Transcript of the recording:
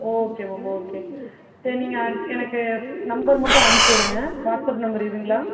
okay ma'am okay சரி நீங்கள் எனக்கு நம்பர் மட்டும் அனுப்பிச்சி விடுங்க வாட்ஸ்ஆப் நம்பர் இதுங்களா